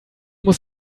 muss